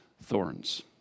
thorns